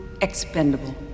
expendable